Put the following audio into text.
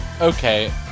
Okay